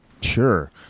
Sure